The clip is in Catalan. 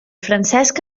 francesc